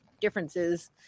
differences